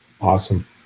awesome